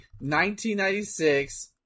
1996